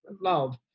love